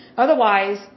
Otherwise